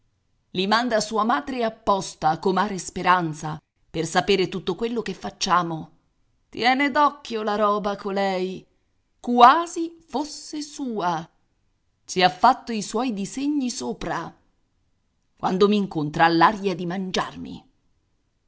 i manda sua madre apposta comare speranza per sapere tutto quello che facciamo tiene d'occhio la roba colei quasi fosse sua ci ha fatto i suoi disegni sopra quando m'incontra ha l'aria di mangiarmi